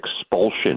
expulsion